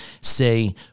say